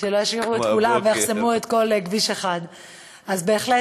שלא ישאירו את כולם ויחסמו את כל כביש 1. אז בהחלט,